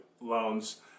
loans